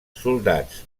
soldats